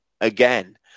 again